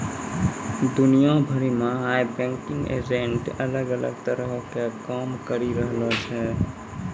दुनिया भरि मे आइ बैंकिंग एजेंट अलग अलग तरहो के काम करि रहलो छै